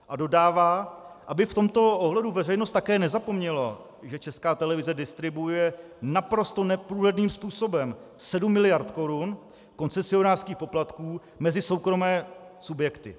A dodává, aby v tomto ohledu veřejnost také nezapomněla, že Česká televize distribuuje naprosto neprůhledným způsobem 7 mld. korun koncesionářských poplatků mezi soukromé subjekty.